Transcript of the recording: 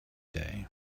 day